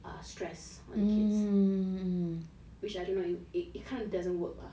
a stress on kids which I don't know it kind of doesn't work lah